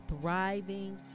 thriving